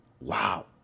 Wow